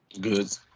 Good